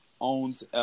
owns